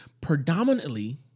predominantly